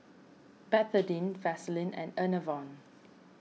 Betadine Vaselin and Enervon